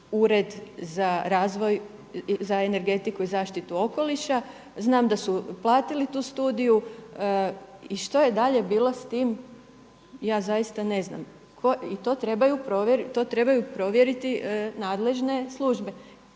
Ured za energetiku i zaštitu okoliša, znam da su platili tu studiju i što je dalje bilo s tim? Ja zaista ne znam. I to trebaju provjeriti nadležne službe.